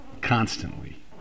constantly